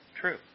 true